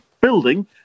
building